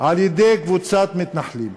על-ידי קבוצת מתנחלים.